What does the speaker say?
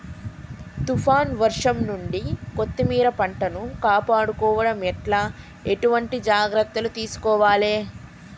తుఫాన్ వర్షం నుండి కొత్తిమీర పంటను కాపాడుకోవడం ఎట్ల ఎటువంటి జాగ్రత్తలు తీసుకోవాలే?